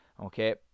Okay